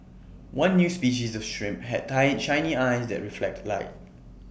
one new species of shrimp had shiny eyes that reflect light